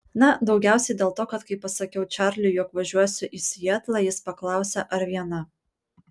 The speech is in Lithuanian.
na daugiausiai dėl to kad kai pasakiau čarliui jog važiuosiu į sietlą jis paklausė ar viena